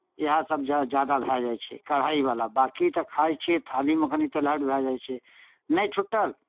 इएहसभ ज्या ज्यादा भए जाइ छै कढ़ाहीवला बाँकी तऽ खाइ छियै थारीमे कनि तेलहट भए जाइ छै नहि छूटल